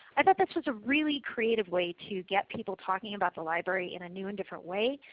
i thought that's just a really creative way to get people talking about the library in a new and different way,